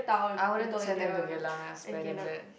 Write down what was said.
I wouldn't send them to Geylang ah spare them that